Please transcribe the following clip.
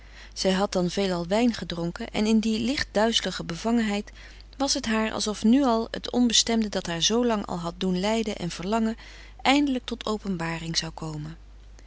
zij had dan veelal wijn gedronken en in die licht duizelige bevangenheid was het haar alsof nu al het onbestemde dat haar zoolang al had doen lijden en verlangen eindelijk tot openbaring zou komen